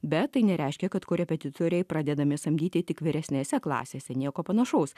bet tai nereiškia kad korepetitoriai pradedami samdyti tik vyresnėse klasėse nieko panašaus